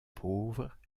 pauvres